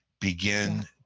begin